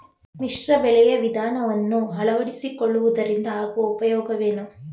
ಮಿಶ್ರ ಬೆಳೆಯ ವಿಧಾನವನ್ನು ಆಳವಡಿಸಿಕೊಳ್ಳುವುದರಿಂದ ಆಗುವ ಉಪಯೋಗವೇನು?